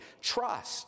Trust